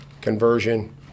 conversion